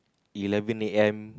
eleven A_M